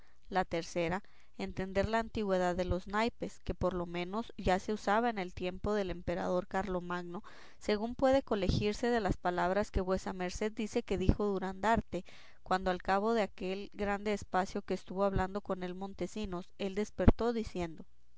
la tercera entender la antigüedad de los naipes que por lo menos ya se usaban en tiempo del emperador carlomagno según puede colegirse de las palabras que vuesa merced dice que dijo durandarte cuando al cabo de aquel grande espacio que estuvo hablando con él montesinos él despertó diciendo